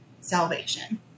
salvation